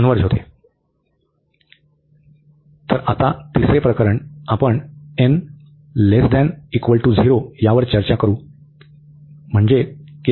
तर आता तिसरे प्रकरण आपण n≤0 वर चर्चा करू